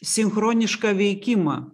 sinchronišką veikimą